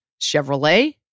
Chevrolet